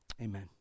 Amen